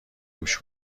گوش